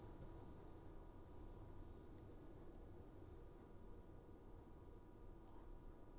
ya